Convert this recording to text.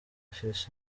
afise